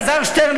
אלעזר שטרן,